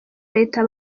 reta